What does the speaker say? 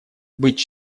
быть